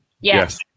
Yes